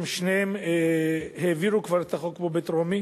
ששניהם העבירו כבר את החוק פה בטרומית,